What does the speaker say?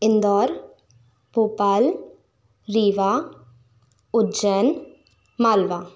Indore Bhopal Rewa Ujjain Malwa